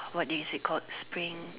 what is it called spring